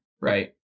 right